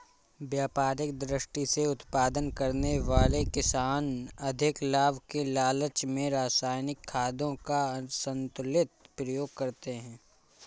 व्यापारिक दृष्टि से उत्पादन करने वाले किसान अधिक लाभ के लालच में रसायनिक खादों का असन्तुलित प्रयोग करते हैं